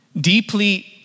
deeply